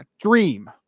Dream